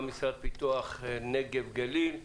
גם המשרד לפיתוח נגב גליל,